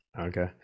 okay